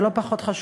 ולא פחות חשוב,